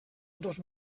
dos